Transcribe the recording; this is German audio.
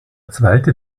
zweite